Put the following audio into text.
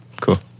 Cool